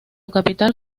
capital